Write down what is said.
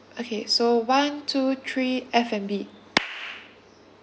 okay so one two three F&B